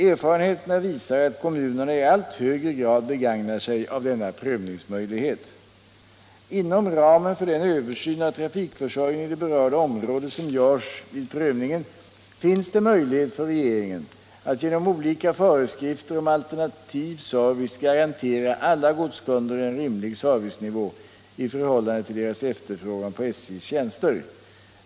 Erfarenheterna visar att kommunerna i allt högre grad begagnar sig av denna prövningsmöjlighet. Inom ramen för den översyn av trafikförsörjningen i det berörda området som görs vid prövningen finns det möjligheter för regeringen att genom olika föreskrifter om alternativ service garantera alla godskunder en rimlig servicenivå i förhållande till deras efterfrågan på SJ:s tjänster.